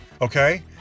okay